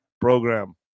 program